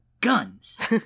guns